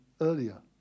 earlier